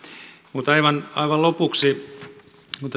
mutta aivan aivan lopuksi kun